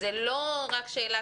זה לא רק שאלה